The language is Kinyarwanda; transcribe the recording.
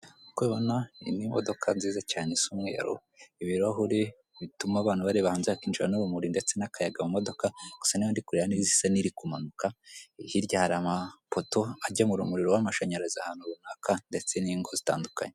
Ukuko ubibona iyi ni imodoka nziza cyane isa umweru, ibirahure bituma abantu bareba hanze, hakinjira n'urumuri ndetse n'akayaga mu modoka. Gusa ni yo ndi kureba isa niri kumanuka, hirya hari amapoto agemurira umuriro w'amashinyarazi ahantu runaka ndetse n'ingo zitandukanye.